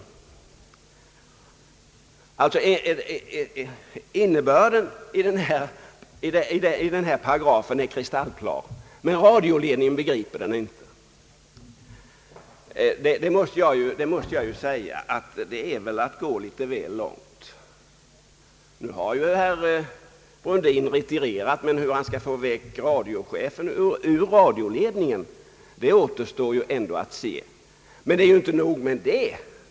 Man säger alltså att innebörden i paragrafen är kristallklar men att radioledningen inte begriper den. Det är väl att gå litet väl långt. Nu har herr Brundin retirerat, men hur han skall få bort radiochefen ur radioledningen återstår att se. Men det är inte nog med det.